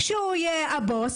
שהוא יהיה הבוס